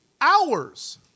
hours